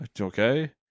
Okay